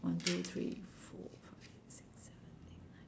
one two three four five six seven eight nine